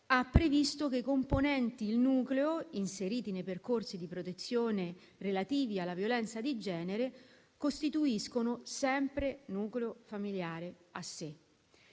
ha previsto che i componenti il nucleo, inseriti nei percorsi di protezione relativi alla violenza di genere, costituiscono sempre nucleo familiare a sé.